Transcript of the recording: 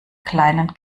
kleinen